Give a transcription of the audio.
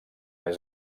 més